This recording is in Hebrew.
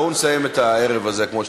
בואו נסיים את הערב הזה כמו שצריך.